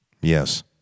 Yes